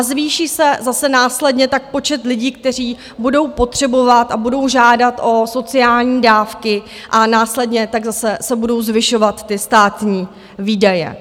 Zvýší se tak zase následně počet lidí, kteří budou potřebovat a budou žádat o sociální dávky a následně se tak budou zvyšovat ty státní výdaje.